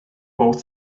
both